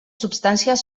substàncies